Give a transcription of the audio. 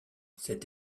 cette